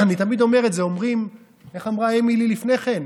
אני תמיד אומר את זה, איך אמרה אמילי לפני כן?